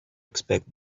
expect